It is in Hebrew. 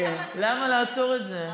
למה לעצור את זה?